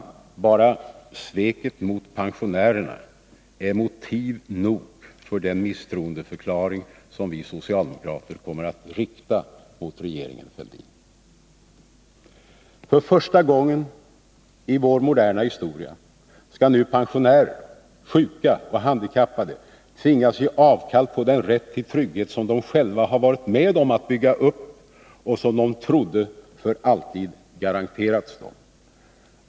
Enbart sveket mot pensionärerna är motiv nog för en misstroendeförklaring som vi socialdemokrater kommer att rikta mot regeringen Fälldin. För första gången i vår moderna historia skall nu pensionärer, sjuka och handikappade tvingas ge avkall på den rätt till trygghet som de själva har varit med om att bygga upp och som de trodde för alltid skulle garanteras dem.